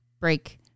break